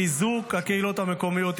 חיזוק הקהילות המקומיות,